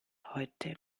heute